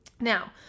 Now